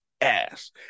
ass